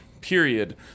period